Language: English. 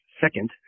Second